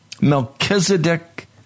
Melchizedek